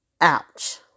ouch